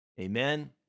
Amen